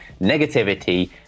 negativity